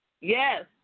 Yes